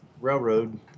Railroad